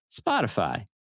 Spotify